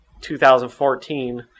2014